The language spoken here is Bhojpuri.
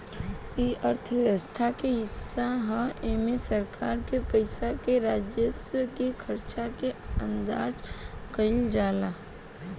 इ अर्थव्यवस्था के हिस्सा ह एमे सरकार के पास के राजस्व के खर्चा के अंदाज कईल जाला